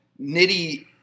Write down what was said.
Nitty